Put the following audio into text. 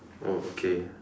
oh okay